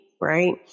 right